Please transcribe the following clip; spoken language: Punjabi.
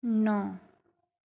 ਨੌ